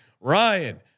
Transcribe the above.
Ryan